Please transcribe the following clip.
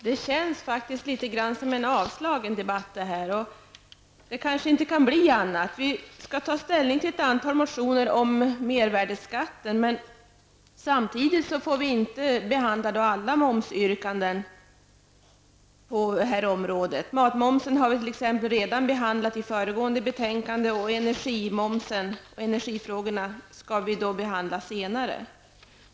Fru talman! Den här debatten känns faktiskt litet avslagen, och det kanske inte kan bli på annat sätt. Vi har att ta ställning till ett antal motioner om mervärdeskatten. Samtidigt får vi inte behandla alla momsyrkanden på området. Frågan om matmomsen har vi redan diskuterat i samband med behandlingen av föregående betänkande. Energimomsen och andra energifrågor skall vi behandla senare.